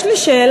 יש לי שאלה,